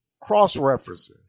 cross-referencing